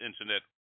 Internet